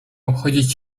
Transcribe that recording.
obchodzić